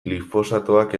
glifosatoak